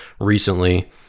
recently